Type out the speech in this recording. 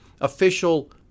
official